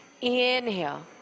Inhale